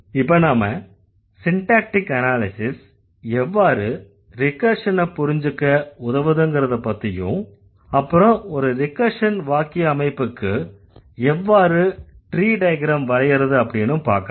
இப்ப நாம syntactic analysis எவ்வாறு ரிகர்ஷனைப் புரிஞ்சுக்க உதவுதுங்கறதப்பத்தியும் அப்புறம் ஒரு ரிகர்ஷன் வாக்கிய அமைப்பிற்கு எவ்வாறு ட்ரீ டயக்ரம் வரையறது அப்படின்னும் பார்க்கலாம்